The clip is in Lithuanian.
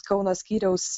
kauno skyriaus